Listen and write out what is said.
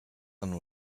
and